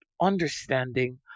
understanding